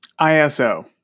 ISO